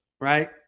right